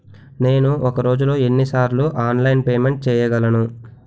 నేను ఒక రోజులో ఎన్ని సార్లు ఆన్లైన్ పేమెంట్ చేయగలను?